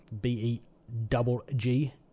B-E-double-G